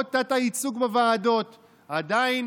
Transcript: למרות התת-ייצוג בוועדות, עדיין